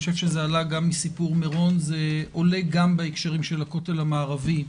זה עלה גם מסיפור מירון ועולה גם בהקשרים של הכותל המערבי,